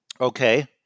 Okay